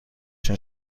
zijn